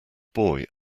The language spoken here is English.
boy